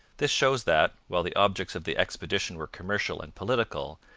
this shows that, while the objects of the expedition were commercial and political,